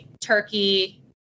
turkey